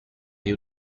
you